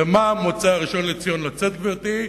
במה מוצא הראשון לציון לצאת, גברתי?